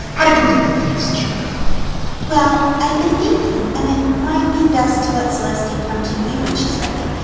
how did your little think session go? twilight well. i've been thinking and it might be best to let celestia come to you when she's ready.